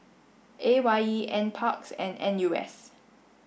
A Y E NPARKS and N U S